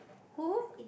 who